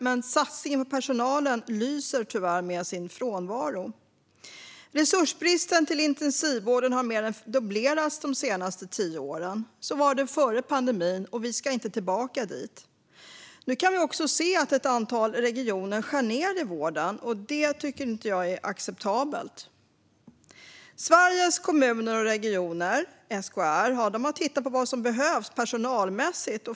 Men satsningen på personalen lyser tyvärr med sin frånvaro. Resursbristen för intensivvården har mer än dubblerats de senaste tio åren. Så var det före pandemin, och vi ska inte tillbaka dit. Nu kan vi också se att ett antal regioner skär ned i vården. Det tycker jag inte är acceptabelt. Sveriges Kommuner och Regioner, SKR, har tittat på vad som behövs personalmässigt.